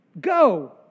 Go